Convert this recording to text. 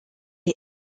est